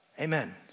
Amen